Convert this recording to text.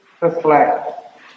reflect